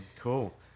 Cool